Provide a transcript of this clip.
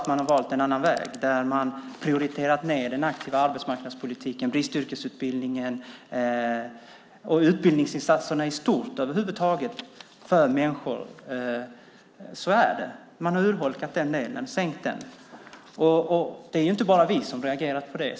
Man har valt en annan väg där man prioriterat ned den aktiva arbetsmarknadspolitiken, bristyrkesutbildningen och utbildningsinsatserna över huvud taget för människor. Så är det. Man har urholkat den delen, sänkt den. Det är inte bara vi som har reagerat på det.